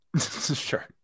Sure